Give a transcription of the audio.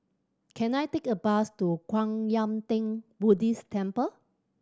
can I take a bus to Kwan Yam Theng Buddhist Temple